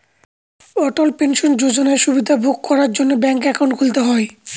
অটল pension যোজনার সুবিধা উপভোগ করার জন্য ব্যাঙ্ক একাউন্ট খুলতে হয়